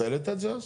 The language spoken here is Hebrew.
אתה העלית את זה אז?